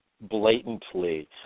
blatantly